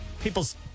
people's